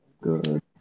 good